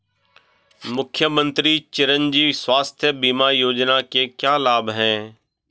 मुख्यमंत्री चिरंजी स्वास्थ्य बीमा योजना के क्या लाभ हैं?